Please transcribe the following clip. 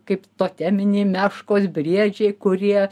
kaip toteminiai meškos briedžiai kurie